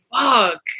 Fuck